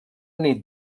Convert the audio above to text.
nit